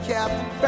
Captain